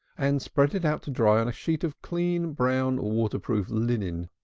and spread it out to dry on a sheet of clean brown waterproof linen.